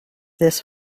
this